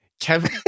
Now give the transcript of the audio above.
Kevin